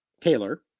Taylor